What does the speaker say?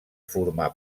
formar